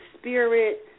spirit